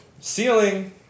Ceiling